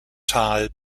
tal